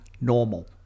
normal